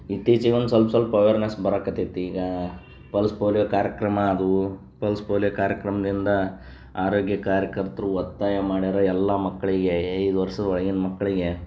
ಇತ್ತೀಚೆಗ್ ಒಂದು ಸ್ವಲ್ಪ ಸ್ವಲ್ಪ ಅವೇರ್ನೆಸ್ ಬರೋಕತ್ತೈತ್ ಈಗ ಪಲ್ಸ್ ಪೋಲಿಯೊ ಕಾರ್ಯಕ್ರಮ ಅದೂ ಪಲ್ಸ್ ಪೋಲಿಯೊ ಕಾರ್ಯಕ್ರಮದಿಂದ ಆರೋಗ್ಯ ಕಾರ್ಯಕರ್ತರು ಒತ್ತಾಯ ಮಾಡ್ಯಾರೆ ಎಲ್ಲ ಮಕ್ಳಿಗೆ ಐದು ವರ್ಷದ ಒಳಗಿನ ಮಕ್ಕಳಿಗೆ